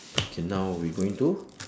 okay now we going to